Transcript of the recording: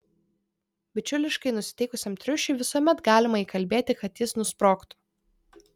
bičiuliškai nusiteikusiam triušiui visuomet galima įkalbėti kad jis nusprogtų